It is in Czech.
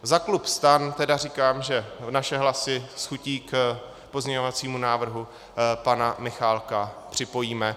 Za klub STAN tedy říkám, že naše hlasy s chutí k pozměňovacímu návrhu pana Michálka připojíme.